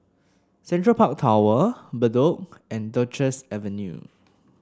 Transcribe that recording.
Central Park Tower Bedok and Duchess Avenue